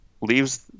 leaves